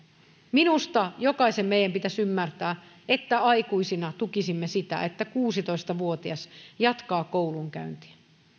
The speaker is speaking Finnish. minusta jokaisen meidän pitäisi ymmärtää että aikuisina tukisimme sitä että kuusitoista vuotias jatkaa koulunkäyntiä